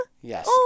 Yes